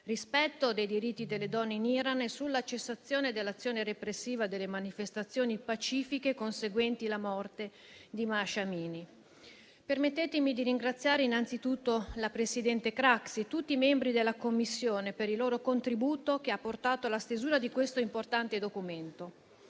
rispetto dei diritti delle donne in Iran e sulla cessazione dell'azione repressiva delle manifestazioni pacifiche conseguenti la morte di Mahsa Amini. Permettetemi di ringraziare innanzitutto la presidente Craxi e tutti i membri della Commissione per il loro contributo, che ha portato alla stesura di questo importante documento.